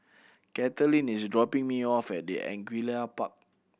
Kathaleen is dropping me off at the Angullia Park